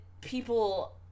people